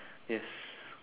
yes